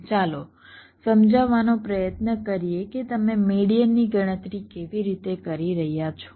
ચાલો સમજાવવાનો પ્રયત્ન કરીએ કે તમે મેડીઅનની ગણતરી કેવી રીતે કરી રહ્યા છો